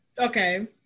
Okay